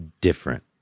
different